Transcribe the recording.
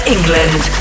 England